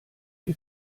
wir